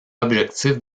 objectif